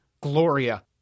Gloria